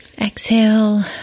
exhale